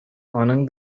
аның